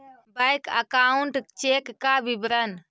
Bank account check का विवरण?